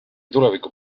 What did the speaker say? tuleviku